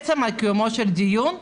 עצם קיומו של הדיון.